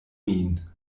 min